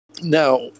Now